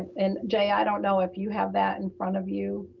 and jay, i don't know if you have that in front of you,